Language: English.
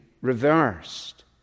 reversed